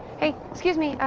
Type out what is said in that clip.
hey. excuse me.